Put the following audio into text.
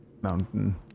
mountain